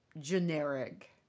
generic